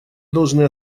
должны